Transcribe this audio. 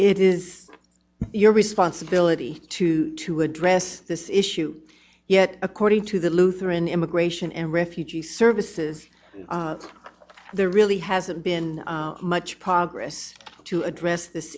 it is your responsibility to to address this issue yet according to the lutheran immigration and refugee services there really hasn't been much progress to address this